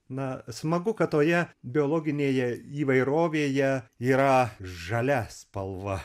na smagu kad toje biologinėje įvairovėje yra žalia spalva